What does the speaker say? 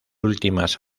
últimas